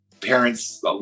parents